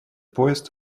поезд